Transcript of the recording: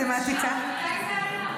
מתי זה היה?